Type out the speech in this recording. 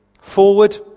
forward